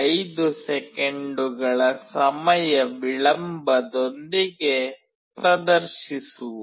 5 ಸೆಕೆಂಡುಗಳ ಸಮಯ ವಿಳಂಬದೊಂದಿಗೆ ಪ್ರದರ್ಶಿಸುವುದು